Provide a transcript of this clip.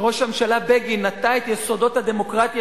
וראש הממשלה בגין נטע את יסודות הדמוקרטיה